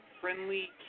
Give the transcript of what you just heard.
friendly